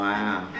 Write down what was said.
Wow